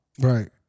right